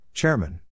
Chairman